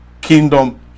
kingdom